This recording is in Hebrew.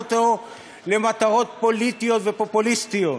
אותו למטרות פוליטיות ופופוליסטיות.